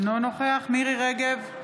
אינו נוכח מירי מרים רגב,